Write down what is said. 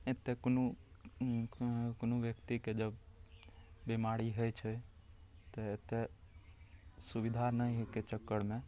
एतए कोनो कोनो व्यक्तिके जब बेमारी होइ छै तऽ एतए सुविधा नहि होइके चक्करमे